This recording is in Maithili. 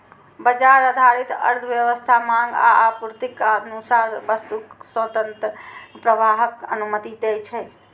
बाजार आधारित अर्थव्यवस्था मांग आ आपूर्तिक अनुसार वस्तुक स्वतंत्र प्रवाहक अनुमति दै छै